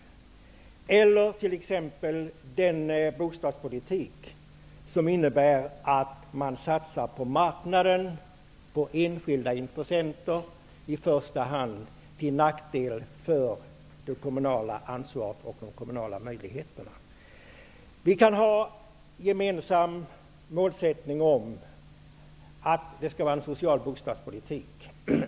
Man vill ha en bostadspolitik som innebär att man satsar på marknaden och på enskilda intressenter till nackdel för i första hand det kommunala ansvaret och de kommunala möjligheterna. Vi kan ha den gemensamma målsättningen att det skall vara en social bostadspolitik.